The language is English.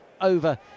over